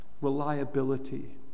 reliability